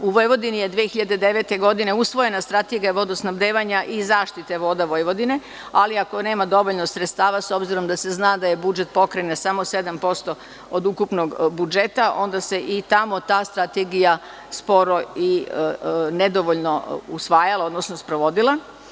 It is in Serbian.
U Vojvodini je 2009. godine usvojena strategija vodosnabdevanja i zaštite voda Vojvodine, ali ako nema dovoljno sredstava, s obzirom da se zna da je budžet pokrajine samo 7% od ukupnog budžeta, onda se i tamo ta strategija sporo i nedovoljno usvajala, odnosno sprovodila.